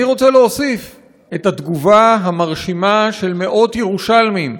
אני רוצה להוסיף את התגובה המרשימה של מאות ירושלמים,